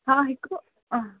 हा हिकिड़ो हा